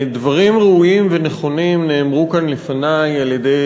דברים ראויים ונכונים נאמרו כאן לפני על-ידי